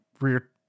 rear